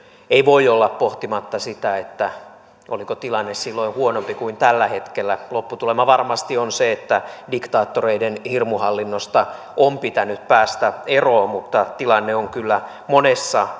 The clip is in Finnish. ei voi olla pohtimatta sitä oliko tilanne silloin huonompi kuin tällä hetkellä lopputulema varmasti on se että diktaattoreiden hirmuhallinnosta on pitänyt päästä eroon mutta tilanne on kyllä monessa